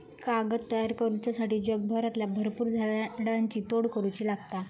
कागद तयार करुच्यासाठी जगभरातल्या भरपुर झाडांची तोड करुची लागता